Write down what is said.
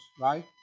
Right